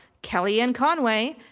kellyanne conway,